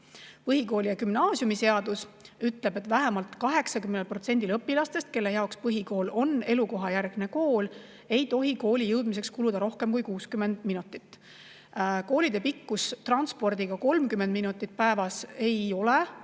Põhikooli- ja gümnaasiumiseadus ütleb, et vähemalt 80%‑l õpilastest, kelle jaoks põhikool on elukohajärgne kool, ei tohi kooli jõudmiseks kuluda rohkem kui 60 minutit. Kui kooliteele kulub transpordivahendiga [sõites]